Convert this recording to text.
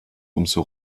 umso